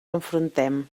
enfrontem